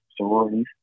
sororities